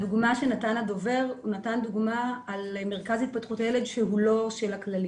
הדובר נתן דוגמה על מרכז להתפתחות הילד שהוא לא של הכללית.